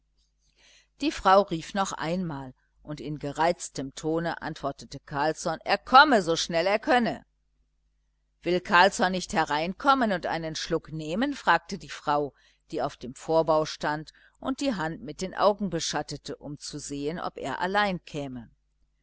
die frau rief noch einmal und in gereiztem tone antwortete carlsson er komme so schnell er nur könne will carlsson nicht hereinkommen und einen schluck nehmen fragte die frau die auf dem vorbau stand und die augen mit der hand beschattete um zu sehen ob er allein käme